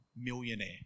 millionaire